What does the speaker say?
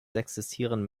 existieren